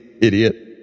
idiot